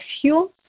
fuel